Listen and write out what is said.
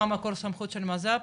מה מקור סמכות של מז"פ,